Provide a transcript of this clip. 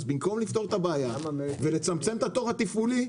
אז במקום לפתור את הבעיה ולצמצם את התור התפעולי,